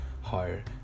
higher